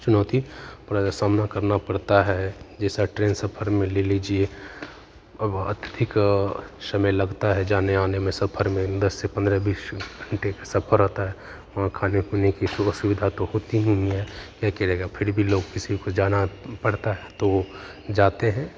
चुनौती का सामना करना पड़ता है जैसा ट्रेन सफर में ले लीजिए अधिक समय लगता है जाने आने में सफर में दस से पंद्रह बीस घंटे का सफर होता है वहाँ खाने पीने की असुविधा तो होती ही है क्या करेगा फिर भी लोग किसी को जाना पड़ता है तो जाते हैं